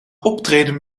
optreden